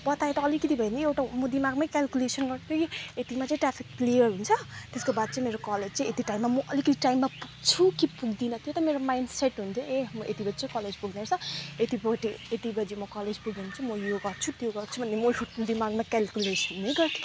बताए त अलिकति भए नि एउटा म दिमागमै केल्कुलेसन गर्थेँ कि यतिमा चाहिँ ट्राफिक क्लियर हुन्छ त्यसको बाद चाहिँ मेरो कलेज चाहिँ यति टाइममा म अलिकति टाइममा पुग्छु कि पुग्दिनँ त्यो त मेरो माइन्डसेट हुन्थ्यो ए म यति बजे चाहिँ कलेज पुग्ने रहेछ यति बजी यति बजी म कलेज पुगेँ भने चाहिँ म यो गर्छु त्यो गर्छु भन्ने म दिमागमा केल्कुसेन नै गर्थेँ